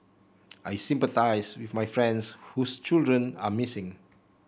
I sympathise with my friends whose children are missing